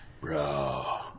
Bro